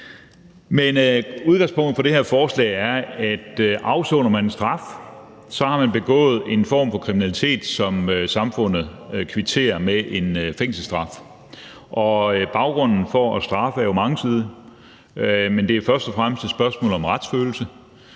Men udgangspunktet for det her forslag er, at afsoner man en straf, så har man begået en form for kriminalitet, som samfundet kvitterer for med en fængselsstraf. Og baggrunden for at straffe er mangesidet, men det er først og fremmest et spørgsmål om retsfølelse.